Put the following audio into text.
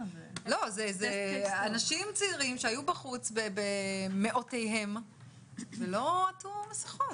זה אנשים צעירים שהיו בחוץ במאותיהם ולא עטו מסכות.